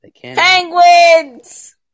Penguins